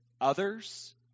others